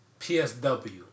PSW